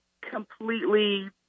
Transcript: completely